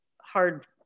hard